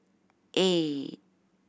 eight